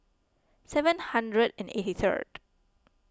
seven hundred and eighty third